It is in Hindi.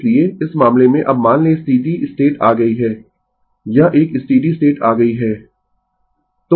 इसलिए इस मामले में अब मान लें स्टीडी स्टेट आ गयी है यह एक स्टीडी स्टेट आ गयी है